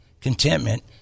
contentment